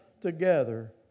together